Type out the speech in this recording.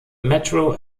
metro